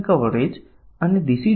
તે બે પરિમાણ x અને y લે છે જ્યા સુધી x